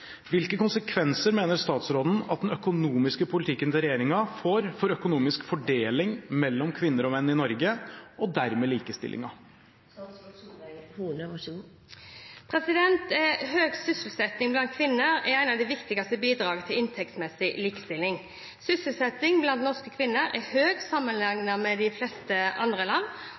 Hvilke konsekvenser mener statsråden at den økonomiske politikken til regjeringen får for økonomisk fordeling mellom kvinner og menn i Norge, og dermed likestillingen?» Høy sysselsetting blant kvinner er et av de viktigste bidragene til inntektsmessig likestilling. Sysselsettingen blant norske kvinner er